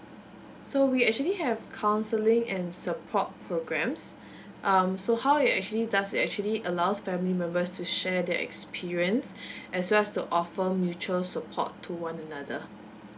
so we actually have counselling and support programmes um so how it actually does it actually allows family members to share the experience as well as to offer mutual support to one another